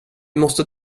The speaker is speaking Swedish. måste